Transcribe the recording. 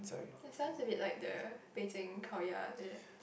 it sounds a bit like the Beijing Kao-Ya is it